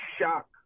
shock